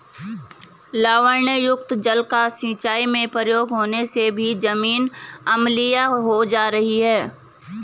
लवणयुक्त जल का सिंचाई में प्रयोग होने से भी जमीन अम्लीय हो जा रही है